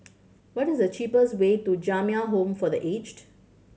what is the cheapest way to Jamiyah Home for The Aged